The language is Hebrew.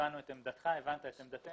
הבנו את עמדתך, הבנת את עמדתנו.